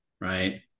right